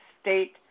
state